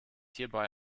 hierbei